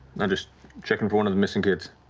i'm just checking for one of the missing kids.